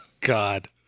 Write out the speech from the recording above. God